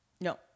No